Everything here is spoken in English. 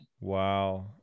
Wow